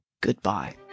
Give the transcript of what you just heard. goodbye